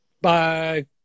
Bye